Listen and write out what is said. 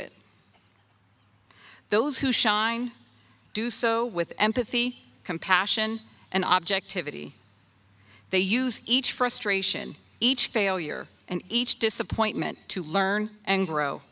it those who shine do so with empathy compassion and objectivity they use each frustration each failure and each disappointment to learn and grow